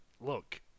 look